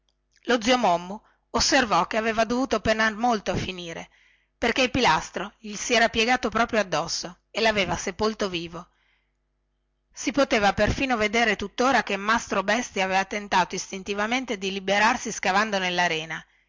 lo zio mommu osservò che aveva dovuto stentar molto a morire perchè il pilastro gli si era piegato in arco addosso e laveva seppellito vivo si poteva persino vedere tuttora che mastro bestia avea tentato istintivamente di liberarsi scavando